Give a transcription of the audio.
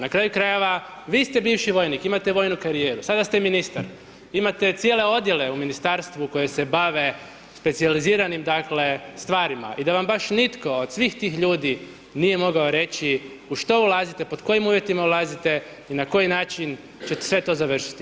Na kraju krajeva, vi ste bivši vojnik, imate vojnu karijeru, sada ste ministar, imate cijele odjele u Ministarstvu, koje se bave specijaliziranim stvarima i da vam baš nitko od svih tih ljudi nije mogao reći u što ulazite, pod kojim uvjetima ulazite i na koji način će sve to završiti.